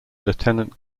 lieutenant